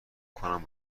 کنم